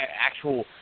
actual